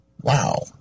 Wow